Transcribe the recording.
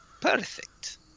Perfect